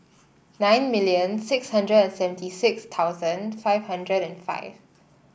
nine million six hundred and seventy six thousand five hundred and five